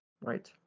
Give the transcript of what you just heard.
right